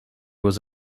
was